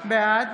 בעד